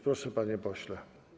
Proszę, panie pośle.